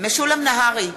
משולם נהרי,